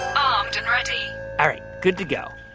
armed and ready all right. good to go.